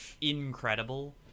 incredible